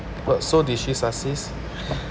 but so did she success